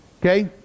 Okay